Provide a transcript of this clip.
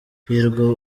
hirwa